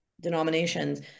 denominations